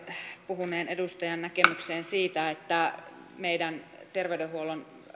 puhuneen edustajan näkemykseen siitä että meidän terveydenhuoltomme